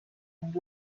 ning